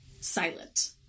silent